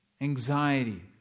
anxiety